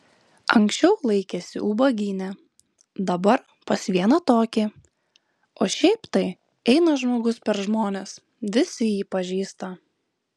anksčiau laikėsi ubagyne dabar pas vieną tokį o šiaip tai eina žmogus per žmones visi jį pažįsta